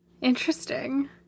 Interesting